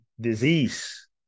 disease